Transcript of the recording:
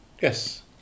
yes